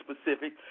specific